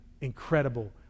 incredible